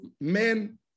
men